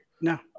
No